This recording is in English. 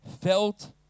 felt